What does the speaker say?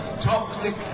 toxic